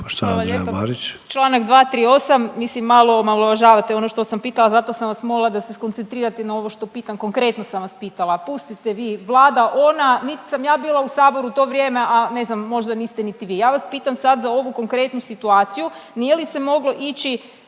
Hvala lijepa. Članak 238., mislim malo omalovažavate ono što sam pitala zato sam vas molila da se skoncentrirate na ovo što pitam, konkretno sam vas pitala. Pustite vi vlada ona, nit sam ja bila u saboru u to vrijeme, a ne znam možda niste niti vi. Ja vas pitam sad za ovu konkretnu situaciju. Nije li se moglo ići